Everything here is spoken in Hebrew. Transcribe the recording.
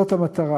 זאת המטרה.